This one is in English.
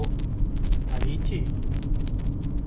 should we go to tampines first cause five to six kan